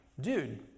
dude